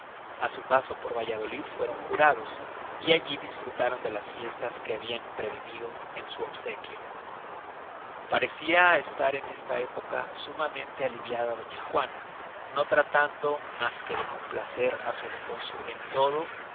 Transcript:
a su paso por valladolid fueron jurados y alli disfrutaron de las fiestas que habian prevenido en su obsequio parecia estar en esta época sumamente aliviada doña juana no tratando mas que de complacer á su esposo en todo